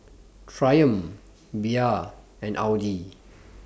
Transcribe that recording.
Triumph Bia and Audi